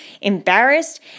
embarrassed